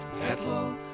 kettle